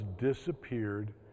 disappeared